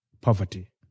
poverty